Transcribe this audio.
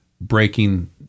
breaking